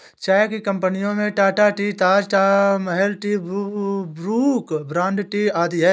चाय की कंपनियों में Tata tea, Taj Mahal tea, Brooke Bond tea आदि है